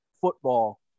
football